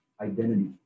identity